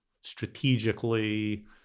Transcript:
strategically